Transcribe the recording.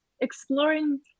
exploring